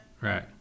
right